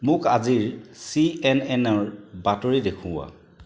মোক আজিৰ C N N ৰ বাতৰি দেখুওৱা